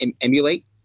emulate